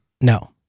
No